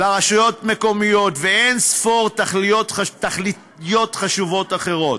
לרשויות מקומיות ולאין-ספור תכליות חשובות אחרות.